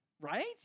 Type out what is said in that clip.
Right